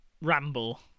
ramble